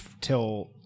till